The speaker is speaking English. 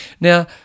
Now